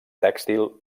tèxtil